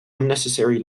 unnecessary